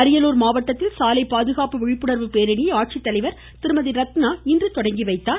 அரியலூர் அரியலூர் மாவட்டத்தில் சாலை பாதுகாப்பு விழிப்புணர்வு பேரணியை மாவட்ட ஆட்சித்தலைவர் திருமதி ரத்னா இன்று தொடங்கி வைத்தார்